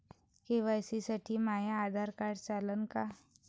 KYC साठी माह्य Aadhaar card चालन का?